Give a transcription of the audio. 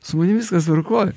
su manim viskas tvarkoj